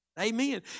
amen